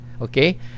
Okay